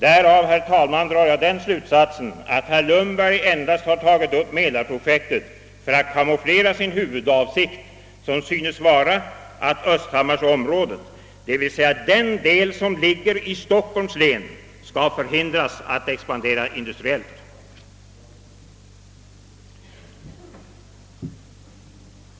Därav, herr talman, drar jag den slutsatsen att herr Lundberg endast har tagit upp mälarprojektet för att kamouflera sin huvudavsikt, som synes vara att östhammarsområdet, d.v.s. den del som ligger i Stockholms län, skall förhindras att expandera industriellt.